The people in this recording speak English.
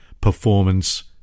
performance